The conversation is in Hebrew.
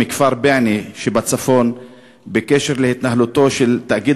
מכפר בענה שבצפון בקשר להתנהלותו של תאגיד